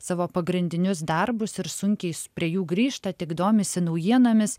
savo pagrindinius darbus ir sunkiai prie jų grįžta tik domisi naujienomis